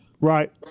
Right